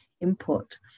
input